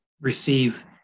receive